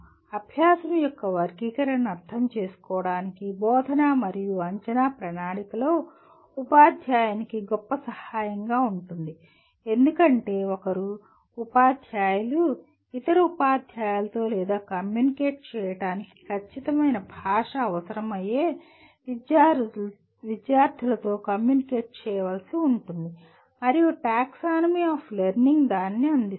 అభ్యాసం యొక్క వర్గీకరణను అర్థం చేసుకోవడం బోధన మరియు అంచనా ప్రణాళికలో ఉపాధ్యాయునికి గొప్ప సహాయంగా ఉంటుంది ఎందుకంటే ఒకరు ఉపాధ్యాయులు ఇతర ఉపాధ్యాయులతో లేదా కమ్యూనికేట్ చేయడానికి ఖచ్చితమైన భాష అవసరమయ్యే విద్యార్థులతో కమ్యూనికేట్ చేయవలసి ఉంటుంది మరియు 'టాక్సానమీ ఆఫ్ లెర్నింగ్ దానిని అందిస్తుంది